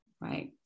right